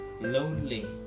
lonely